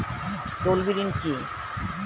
তলবি ঋন কি?